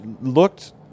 looked